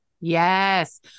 Yes